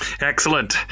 Excellent